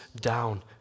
down